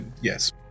yes